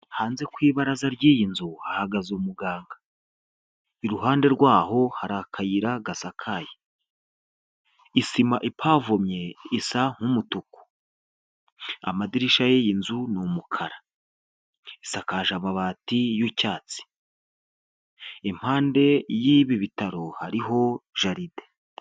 Hanze ku ibaraza ry'iyi nzu hahagaze umuganga, iruhande rwaho hari akayira gasakaye, isima ipavomye isa nk'umutuku, amadirishya y'iyi nzu ni umukara, isakaje amabati y'icyatsi, impande y'ibi bitaro hariho jaride.